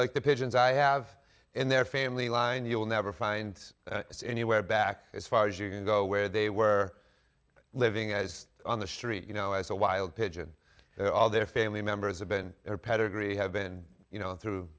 meant the pigeons i have in their family line you will never find anywhere back as far as you can go where they were living as on the street you know as a wild pigeon all their family members have been pedigree have been you know through